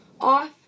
off